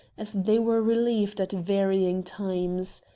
as they were relieved at varying times.